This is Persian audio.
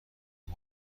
این